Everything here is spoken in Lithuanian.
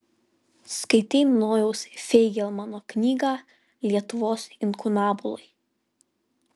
skaitei nojaus feigelmano knygą lietuvos inkunabulai